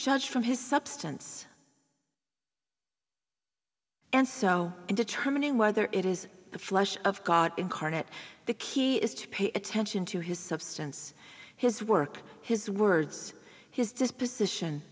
judged from his substance and so in determining whether it is the flesh of god incarnate the key is to pay attention to his substance his work his words his disposition